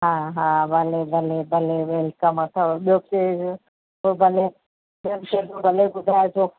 हा हा भले भले भले वेलकम अथव ॿियो केरु पोइ भले ॿिए बि शयूं भले ॿुधाइजो